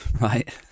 right